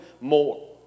more